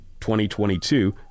2022